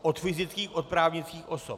Od fyzických, od právnických osob.